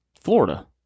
Florida